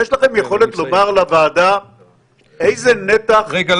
יש לכם יכולת לומר לוועדה איזה נתח --- רגע.